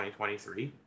2023